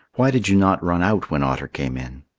why did you not run out when otter came in?